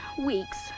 weeks